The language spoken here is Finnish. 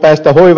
päästä hoivakotiin